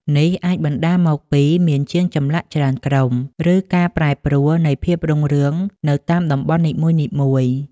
នេះអាចបណ្ដាលមកពីមានជាងចម្លាក់ច្រើនក្រុម ឬការប្រែប្រួលនៃភាពរុងរឿងនៅតាមតំបន់នីមួយៗ។